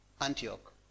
Antioch